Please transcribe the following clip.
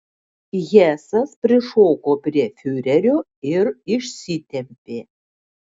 hesas prišoko prie fiurerio ir išsitempė